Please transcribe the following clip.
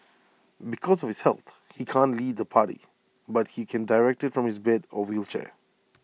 because of his health he can't lead the party but he can direct IT from his bed or wheelchair